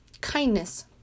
kindness